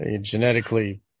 genetically